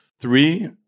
three